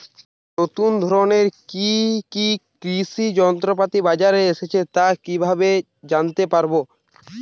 নতুন ধরনের কি কি কৃষি যন্ত্রপাতি বাজারে এসেছে তা কিভাবে জানতেপারব?